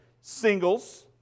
singles